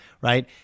right